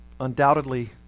undoubtedly